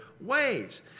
ways